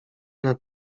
nad